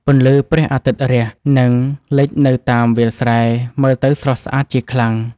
ពន្លឺព្រះអាទិត្យរះ និងលិចនៅតាមវាលស្រែ មើលទៅស្រស់ស្អាតជាខ្លាំង។